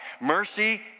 Mercy